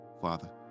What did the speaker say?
Father